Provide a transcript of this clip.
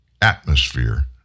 Atmosphere